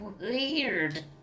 weird